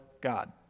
God